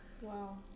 Wow